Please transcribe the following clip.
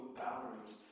boundaries